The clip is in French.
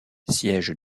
siège